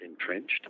entrenched